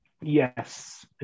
Yes